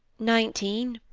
nineteen.